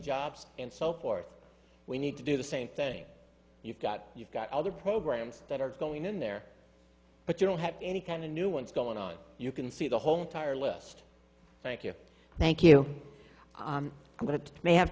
jobs and so forth we need to do the same thing you've got you've got other programs that are going in there but you don't have any kind of new ones going on you can see the whole entire list thank you thank you but it may have